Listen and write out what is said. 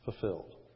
fulfilled